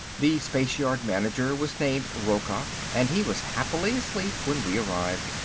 the spaceyard manager was named rocca, and he was happily asleep when we arrived.